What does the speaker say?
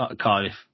Cardiff